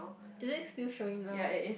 is it still showing now